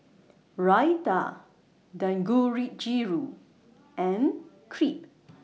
Raita and Crepe